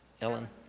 Ellen